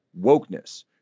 wokeness